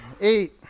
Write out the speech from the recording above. eight